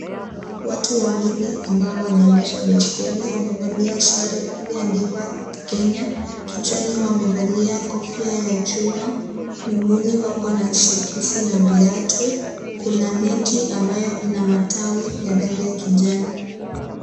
Watu wawili ambao wanaendesha baiskeli, wamevalia sare iliyoandikwa Kenya. Kichwani wamevalia kofia ya chuma. Miguuni wako na soksi na viatu. Kuna miti ambayo ina matawi ya rangi ya kijani.